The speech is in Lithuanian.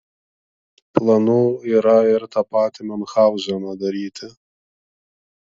planų yra ir tą patį miunchauzeną daryti